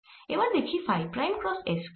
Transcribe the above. এবার দেখি phi prime cross s কি হয়